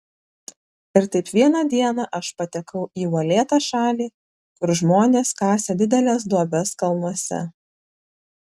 ir taip vieną dieną aš patekau į uolėtą šalį kur žmonės kasė dideles duobes kalnuose